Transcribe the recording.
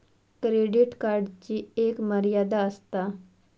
credit कार्डची एक मर्यादा आसता